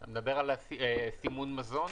אתה מדבר על סימון מזון?